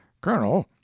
Colonel